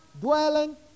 dwelling